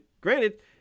granted